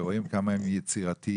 ורואים כמה הם יצירתיים.